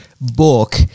book